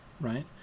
right